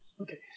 Okay